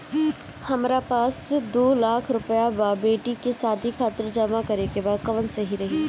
हमरा पास दू लाख रुपया बा बेटी के शादी खातिर जमा करे के बा कवन सही रही?